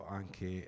anche